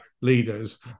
leaders